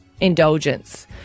indulgence